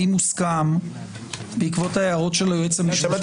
האם הוסכם בעקבות ההערות של היועץ המשפטי -- (היו"ר שמחה רוטמן,